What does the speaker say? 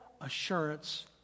assurance